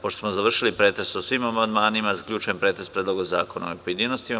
Pošto smo završili pretres o svim amandmanima, zaključujem pretres Predloga zakona, u pojedinostima.